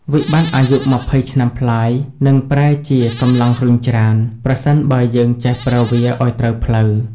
វិបត្តិអាយុ២០ឆ្នាំប្លាយនឹងប្រែជា "កម្លាំងរុញច្រាន" ប្រសិនបើយើងចេះប្រើវាឱ្យត្រូវផ្លូវ។